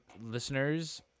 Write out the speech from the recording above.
listeners